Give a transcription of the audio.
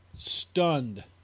Stunned